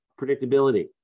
predictability